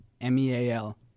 m-e-a-l